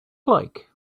like